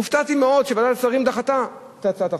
הופתעתי מאוד שוועדת השרים דחתה את הצעת החוק,